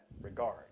regard